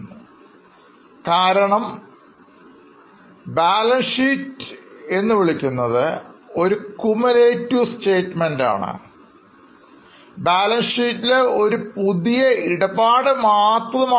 ഇതിന് കാരണം ബാലൻസ്ഷീറ്റ് എന്നു പറയുന്നത് ഒരു cumulative statement ആണ് ഇത് ബാലൻസ് ഷീറ്റിലെ പുതിയ ഒരു ഇടപാട് മാത്രമാണ്